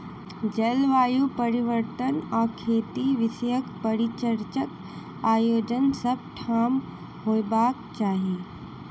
जलवायु परिवर्तन आ खेती विषयक परिचर्चाक आयोजन सभ ठाम होयबाक चाही